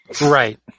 right